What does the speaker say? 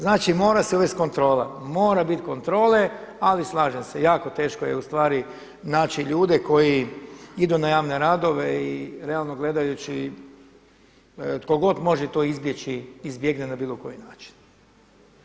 Znači mora se uvesti kontrola, mora biti kontrole, ali slažem se jako teško je naći ljude koji idu na javne radove i realno gledajući tko god može to izbjeći izbjegne na bilo koji način.